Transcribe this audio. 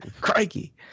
Crikey